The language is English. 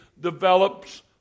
develops